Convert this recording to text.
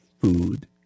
food